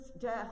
death